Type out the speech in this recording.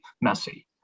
messy